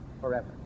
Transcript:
forever